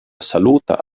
saluta